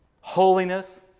holiness